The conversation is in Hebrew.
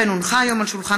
ורבין, הצעת